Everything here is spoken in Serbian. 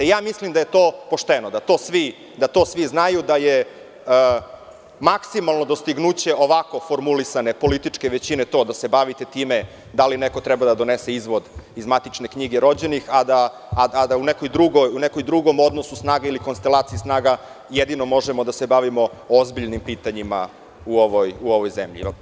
Mislim da je to pošteno da to svi znaju da je maksimalno dostignuće ovako formulisane političke većine, to da se bavite time da li neko treba da donese izvod iz matične knjige rođenih, a da u nekom drugom odnosu snaga ili konstalaciji snaga, jedino možemo da se bavimo ozbiljnim pitanjima u ovoj zemlji.